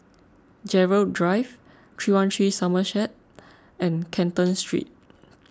Gerald Drive three one three Somerset and Canton Street